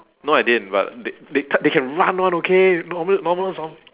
no I didn't but they that type they can run [one] okay normal normal zom~